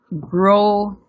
grow